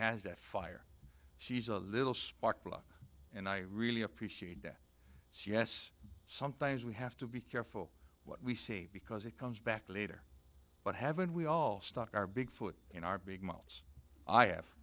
has that fire she's a little spark plug and i really appreciate that so yes sometimes we have to be careful what we see because it comes back later but haven't we all stuck our big foot in our big miles i have